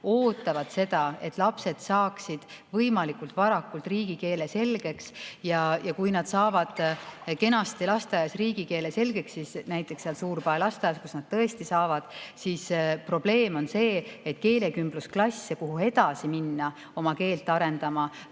ootavad seda, et lapsed saaksid võimalikult varakult riigikeele selgeks. Ja kui nad saavad kenasti lasteaias riigikeele selgeks – näiteks seal Suur-Pae lasteaias nad tõesti saavad –, siis probleem on see, et keelekümblusklasse, kuhu edasi minna oma keelt arendama,